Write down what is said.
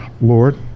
Lord